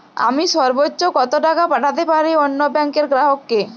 আমি সর্বোচ্চ কতো টাকা পাঠাতে পারি অন্য ব্যাংক র গ্রাহক কে?